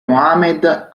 mohammed